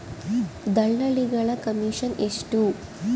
ದಲ್ಲಾಳಿಗಳ ಕಮಿಷನ್ ಎಷ್ಟು?